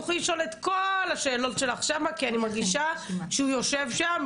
תוכלי לשאול את כל השאלות שלך שמה כי אני מרגישה שהוא יושב שם,